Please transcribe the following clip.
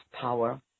power